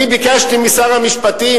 אני ביקשתי משר המשפטים,